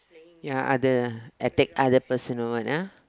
ya other attack other person or what ah